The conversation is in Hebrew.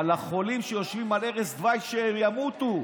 אבל לחולים היושבים על ערש דווי, שימותו.